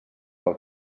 pel